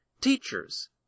teachers